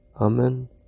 Amen